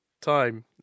time